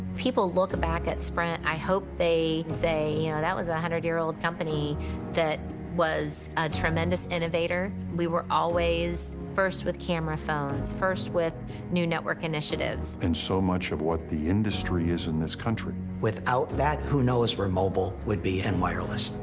people look back at sprint, i hope they say, you know, that was a one hundred year old company that was a tremendous innovator. we were always first with camera phones, first with new network initiatives. and so much of what the industry is in this country. without that, who knows where mobile would be and wireless.